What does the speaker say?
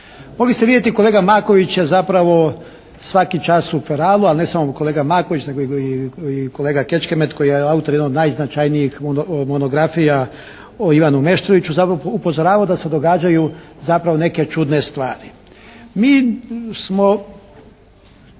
Mogli ste vidjeti, kolega Maković je zapravo svaki čas u «Feral-u» a ne samo kolega Maković nego i kolega Kečkemet koji je autor jednog od najznačajnijih monografija o Ivanu Meštroviću zapravo upozoravao da se događaju zapravo neke čudne stvari. Mi smo,